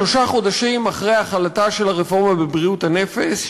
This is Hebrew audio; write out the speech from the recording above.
שלושה חודשים אחרי החלתה של הרפורמה בבריאות הנפש,